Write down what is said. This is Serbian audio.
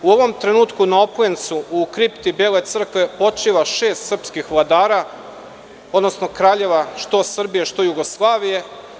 U ovom trenutku na Oplencu, u kripti Bele crkve počiva šest srpskih vladara, odnosno kraljeva, što Srbije, što Jugoslavije.